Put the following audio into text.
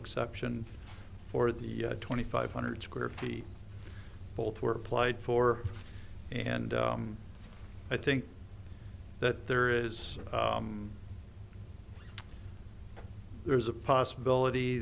exception for the twenty five hundred square feet both were applied for and i think that there is there is a possibility